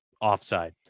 offside